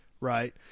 right